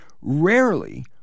rarely